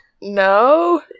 no